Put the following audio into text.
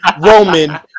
Roman